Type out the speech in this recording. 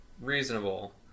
reasonable